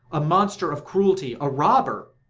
a monster of cruelty, a robber.